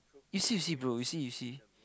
you see you see bro you see you see